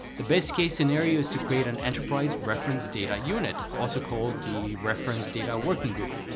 the best case scenario is to create an enterprise reference data unit, also called the reference data working group,